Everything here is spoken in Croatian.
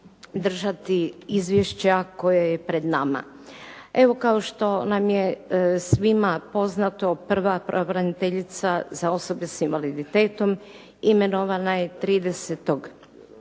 držati izvješća koje je pred nama. Evo, kao što nam je svima poznato, prva pravobraniteljica za osobe s invaliditetom imenovana je 30.